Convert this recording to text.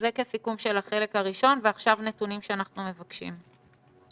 נתונים שאנחנו מבקשים.